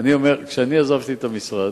כשעזבתי את המשרד,